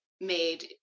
made